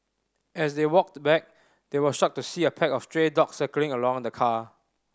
as they walked back they were shocked to see a pack of stray dogs circling around the car